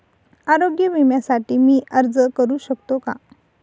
आरोग्य विम्यासाठी मी अर्ज करु शकतो का?